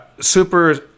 Super